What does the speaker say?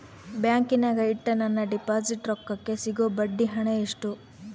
ಬ್ಯಾಂಕಿನಾಗ ಇಟ್ಟ ನನ್ನ ಡಿಪಾಸಿಟ್ ರೊಕ್ಕಕ್ಕೆ ಸಿಗೋ ಬಡ್ಡಿ ಹಣ ಎಷ್ಟು?